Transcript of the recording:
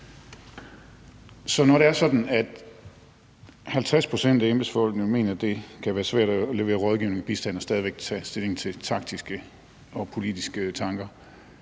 Så når det er sådan, at 50 pct. af embedsfolkene mener, at det kan være svært at levere rådgivning og bistand og stadig væk tage stilling til politisk-taktiske ønsker,